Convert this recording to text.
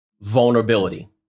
vulnerability